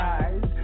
eyes